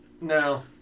No